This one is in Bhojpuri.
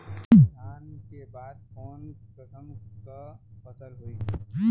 धान के बाद कऊन कसमक फसल होई?